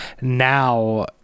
now